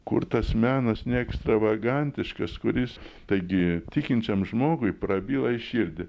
kurtas menas ne ekstravagantiškas kuris taigi tikinčiam žmogui prabyla į širdį